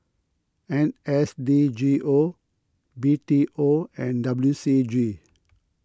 N S D G O B T O and W C G